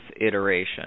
iteration